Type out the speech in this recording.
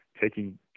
taking